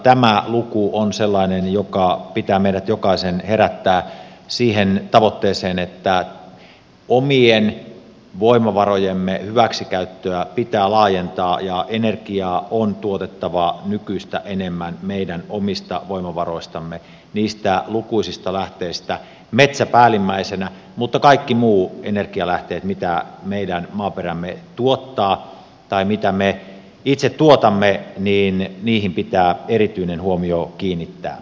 tämä luku on sellainen jonka pitää meidät jokaisen herättää siihen tavoitteeseen että omien voimavarojemme hyväksikäyttöä pitää laajentaa ja energiaa on tuotettava nykyistä enemmän meidän omista voimavaroistamme niistä lukuisista lähteistä metsä päällimmäisenä mutta kaikkiin muihin energianlähteisiin mitä meidän maaperämme tuottaa tai mitä me itse tuotamme pitää erityinen huomio kiinnittää